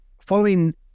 Following